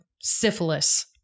syphilis